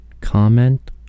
Comment